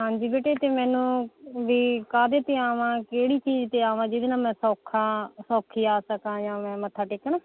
ਹਾਂਜੀ ਬੇਟੇ ਅਤੇ ਮੈਨੂੰ ਵੀ ਕਾਹਦੇ 'ਤੇ ਆਵਾਂ ਕਿਹੜੀ ਚੀਜ਼ 'ਤੇ ਆਵਾਂ ਜਿਹਦੇ ਨਾਲ ਮੈਂ ਸੌਖਾ ਸੌਖੀ ਆ ਸਕਾਂ ਜਾਂ ਮੈਂ ਮੱਥਾ ਟੇਕਣ